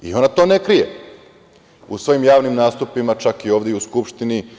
Ona to ne krije u svojim javnim nastupima, čak i ovde u Skupštini.